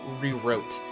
rewrote